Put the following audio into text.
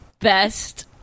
best